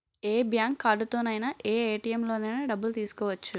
ఏ bank కార్డుతోనైన ఏ ATM లోనైన డబ్బులు తీసుకోవచ్చు